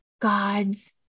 God's